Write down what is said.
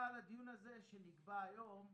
אבל הדיון הזה שנקבע היום,